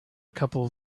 couple